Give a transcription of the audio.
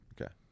Okay